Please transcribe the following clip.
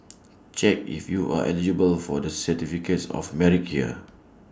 check if you are eligible for the certificates of merit here